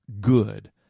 good